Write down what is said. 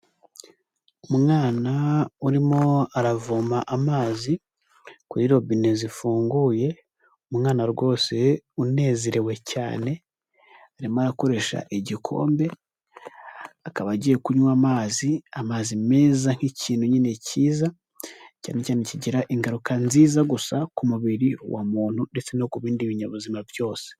Umwana urimo aravoma amazi kuri robine zifunguye. Umwana rwose unezerewe cyane arimo akoresha igikombe, akaba agiye kunywa amazi amazi meza nk'ikintu nyine cyiza, cyane cyane kigira ingaruka nziza gusa ku mubiri wa muntu, ndetse no ku bindi binyabuzima byose.